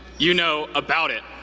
you know about it.